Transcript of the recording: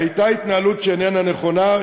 הייתה התנהלות שאיננה נכונה,